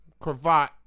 cravat